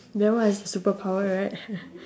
then what is your superpower right